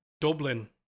Dublin